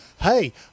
hey